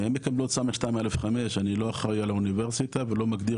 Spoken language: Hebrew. הן מקבלות ס'2א'5 אני לא אחראי על האוניברסיטה ולא מגדיר